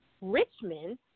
Richmond